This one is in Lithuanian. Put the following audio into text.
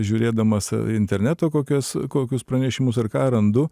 žiūrėdamas interneto kokias kokius pranešimus ar ką randu